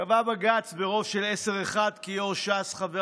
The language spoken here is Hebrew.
קבע בג"ץ ברוב של עשרה מול אחד כי יו"ר ש"ס חבר